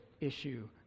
issue